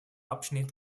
abschnitt